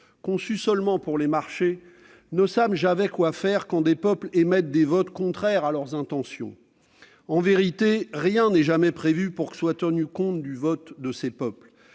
conçue seulement pour les marchés ne savent jamais quoi faire quand des peuples émettent des votes contraires à leurs intentions. En vérité, rien n'est jamais prévu pour qu'il soit tenu compte du vote desdits peuples.